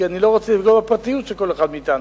כי אני לא רוצה לפגוע בפרטיות של כל אחד מאתנו.